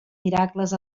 miracles